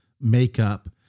makeup